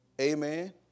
Amen